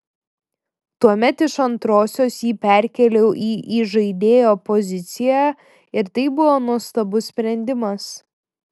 tuomet iš antrosios jį perkėliau į įžaidėjo poziciją ir tai buvo nuostabus sprendimas